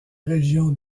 région